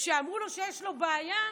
כשאמרו לו שיש לו בעיה,